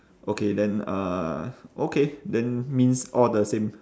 okay then uh okay then means all the same